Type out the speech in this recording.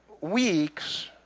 weeks